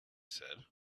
said